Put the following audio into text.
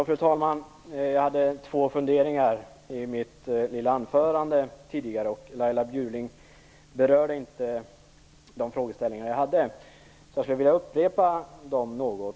Fru talman! Jag hade i mitt tidigare lilla anförande två funderingar som Laila Bjurling berörde. Jag skulle vilja upprepa dem.